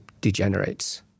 degenerates